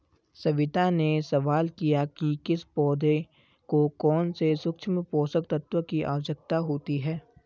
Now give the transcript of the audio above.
सविता ने सवाल किया कि किस पौधे को कौन से सूक्ष्म पोषक तत्व की आवश्यकता होती है